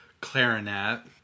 clarinet